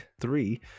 three